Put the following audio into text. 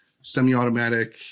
Semi-automatic